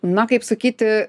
na kaip sakyti